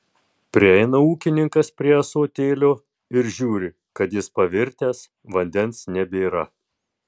prieina ūkininkas prie ąsotėlio ir žiūri kad jis pavirtęs vandens nebėra